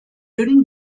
dünn